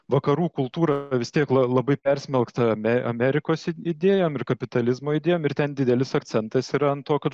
vakarų kultūra vis tiek la labai persmelkta am amerikos idėjom ir kapitalizmo idėjom ir ten didelis akcentas yra ant to kad